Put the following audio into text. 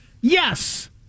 yes